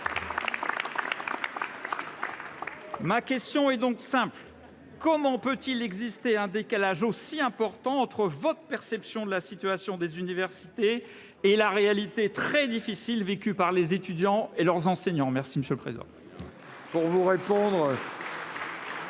Ma question est donc simple : comment peut-il exister un décalage aussi important entre votre perception de la situation des universités et la réalité, très difficile, vécue par les étudiants et leurs enseignants ? La parole est à Mme la ministre